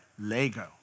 Lego